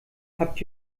habt